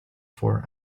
for